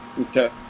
Okay